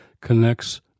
connects